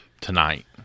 tonight